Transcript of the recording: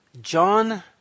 John